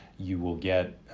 you will get